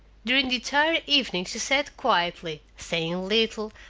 during the entire evening she sat quietly, saying little,